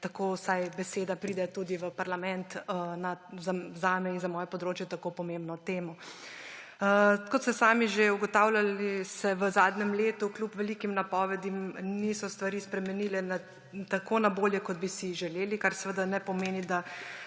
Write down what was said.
tako vsaj beseda pride tudi v parlament zame in za moje področje tako pomembno temo. Kot ste sami že ugotavljali, se v zadnjem letu kljub velikim napovedim niso stvari spremenile tako na bolje, kot bi si želeli, kar seveda ne pomeni, da